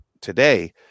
today